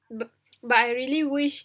but I really wish